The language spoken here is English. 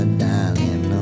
darling